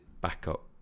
backup